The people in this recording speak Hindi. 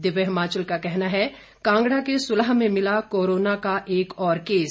दिव्य हिमाचल कहना है कांगड़ा के सुलह में मिला कोरोना का एक और केस